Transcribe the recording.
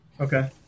Okay